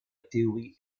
théorie